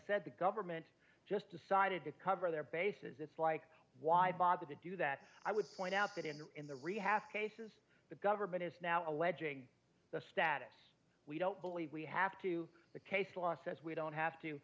said the government just decided to cover their bases it's like why bother to do that i would point out that in the in the rehab's cases the government is now alleging the status we don't believe we have to the case law says we don't have to